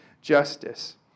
justice